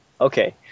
Okay